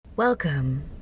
Welcome